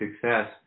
success